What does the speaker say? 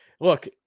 look